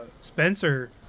Spencer